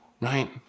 right